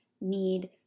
need